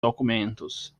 documentos